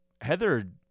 Heather